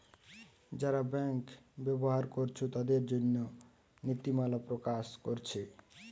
যারা ব্যাংক ব্যবহার কোরছে তাদের জন্যে নীতিমালা প্রকাশ কোরছে